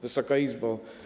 Wysoka Izbo!